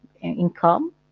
income